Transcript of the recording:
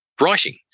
writing